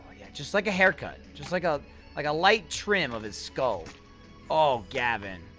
yeah, just like a haircut just like a like a light trim of his skull oh, gavin,